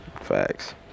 Facts